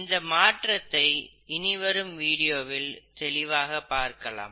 இந்த மாற்றத்தை இனிவரும் வீடியோவில் தெளிவாக பார்க்கலாம்